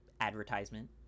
advertisement